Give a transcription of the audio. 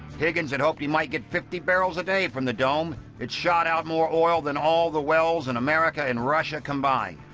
higgins had hoped he might get fifty barrels a day from the dome. it shot out more oil than all the wells in america and russia combined.